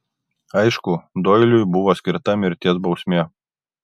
aišku doiliui buvo skirta mirties bausmė